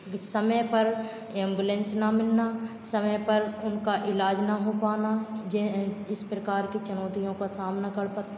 समय पर एम्बुलेंस ना मिलना समय पर उनका इलाज ना हो पाना इस प्रकार की चुनौतियों का सामना कर पा